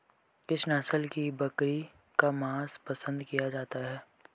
किस नस्ल की बकरी का मांस पसंद किया जाता है?